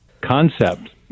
concept